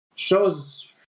Show's